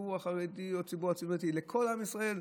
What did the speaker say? לציבור החרדי או לציבור אחר, לכל עם ישראל.